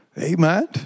Amen